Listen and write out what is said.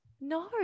No